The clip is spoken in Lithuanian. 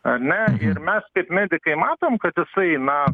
ane ir mes kaip medikai matom kad jisai na